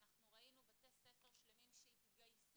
אנחנו ראינו בתי ספר שלמים שהתגייסו